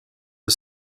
the